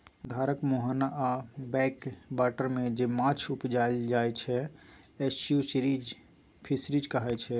धारक मुहाना आ बैक बाटरमे जे माछ उपजाएल जाइ छै एस्च्युरीज फिशरीज कहाइ छै